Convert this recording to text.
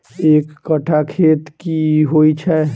एक कट्ठा खेत की होइ छै?